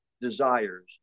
desires